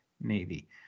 Navy